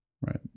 Right